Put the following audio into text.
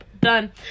Done